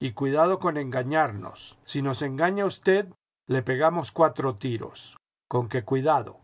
y cuidado con engañarnos si nos engaña usted le pegamos cuatro tiros conque cuidado